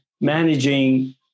managing